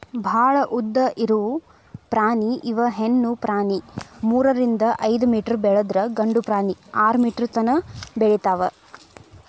ಭಾಳ ಉದ್ದ ಇರು ಪ್ರಾಣಿ ಇವ ಹೆಣ್ಣು ಪ್ರಾಣಿ ಮೂರರಿಂದ ಐದ ಮೇಟರ್ ಬೆಳದ್ರ ಗಂಡು ಪ್ರಾಣಿ ಆರ ಮೇಟರ್ ತನಾ ಬೆಳಿತಾವ